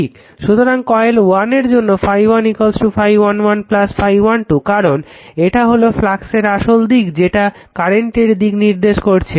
সুতরাং কয়েল 1 এর জন্য ∅1 ∅1 1 ∅1 2 কারণ এটা হলো ফ্লাক্সের আসল দিক যেটা কারেন্টের দিক নির্দেশ করছে